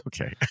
Okay